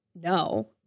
no